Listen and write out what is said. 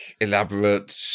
elaborate